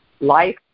Life